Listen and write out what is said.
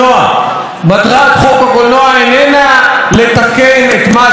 מטרת חוק הקולנוע איננה לתקן את מה שלא שבור,